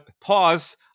pause